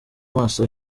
maso